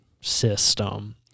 system